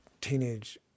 teenage